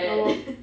ya lor